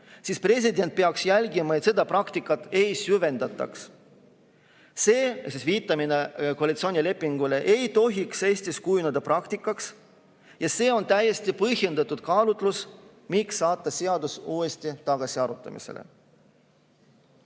siis president peaks jälgima, et seda praktikat ei süvendataks. Viitamine koalitsioonilepingule ei tohiks Eestis kujuneda praktikaks. Ja see on täiesti põhjendatud kaalutlus, miks saata seadus tagasi uuesti arutamisele.